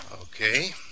Okay